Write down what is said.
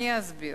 אני אסביר: